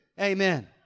Amen